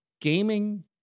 gaming